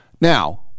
Now